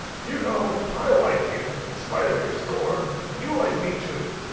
do you know, i like you in spite of your scorn and you like me, too.